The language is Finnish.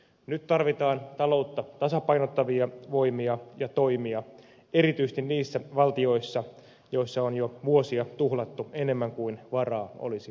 nyt tarvitaan taloutta tasapainottavia voimia ja toimia erityisesti niissä valtioissa joissa on jo vuosia tuhlattu enemmän kuin varaa olisi ollut